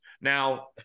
Now